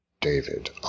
David